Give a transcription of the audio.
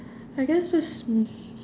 I guess there's mm